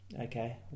okay